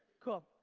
cool.